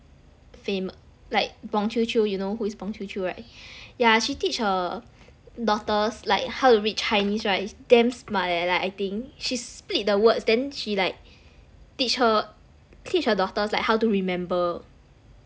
fame like bong qiu qiu you know who is bong qiu qiu right yeah she teach her daughters like how to read chinese right is damn smart eh like I think she split the words then she like teach her teach her daughters like how to remember